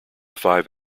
five